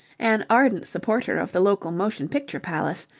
an ardent supporter of the local motion-picture palace,